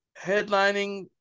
headlining